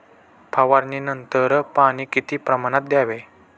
फवारणीनंतर पाणी किती प्रमाणात द्यावे?